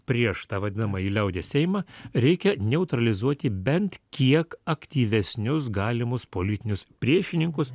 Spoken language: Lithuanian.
prieš tą vadinamąjį liaudies seimą reikia neutralizuoti bent kiek aktyvesnius galimus politinius priešininkus